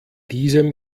diesem